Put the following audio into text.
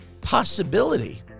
possibility